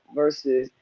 versus